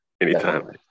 Anytime